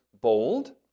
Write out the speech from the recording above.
bold